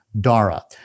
Dara